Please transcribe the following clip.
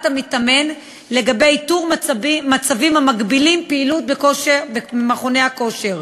המתאמן לגבי איתור מצבים המגבילים פעילות במכוני הכושר.